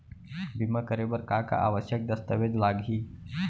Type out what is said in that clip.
बीमा करे बर का का आवश्यक दस्तावेज लागही